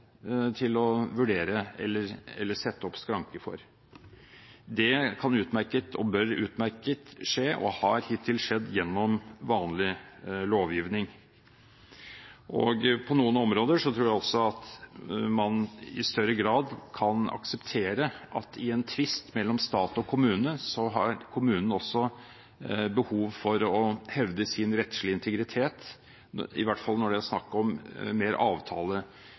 å vurdere eller sette opp skranke for. Det kan og bør utmerket skje og har hittil skjedd gjennom vanlig lovgivning. På noen områder tror jeg man i større grad kan akseptere at i en tvist mellom stat og kommune har kommunen også behov for å hevde sin rettslige integritet, i hvert fall når det er snakk om mer